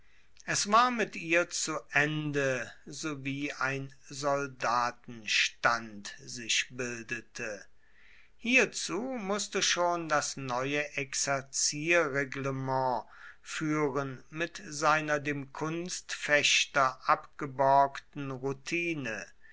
es war mit ihr zu ende sowie ein soldatenstand sich bildete hierzu mußte schon das neue exerzierreglement führen mit seiner dem kunstfechter abgeborgten routine